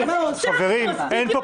אין פה